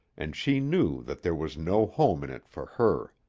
and she knew that there was no home in it for her.